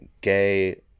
gay